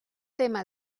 tema